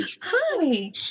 Hi